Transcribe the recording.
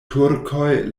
turkoj